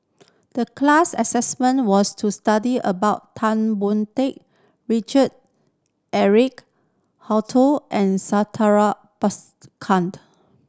the class assignment was to study about Tan Boon Teik Richard Eric Holttum and Santha Bhaskared